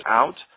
out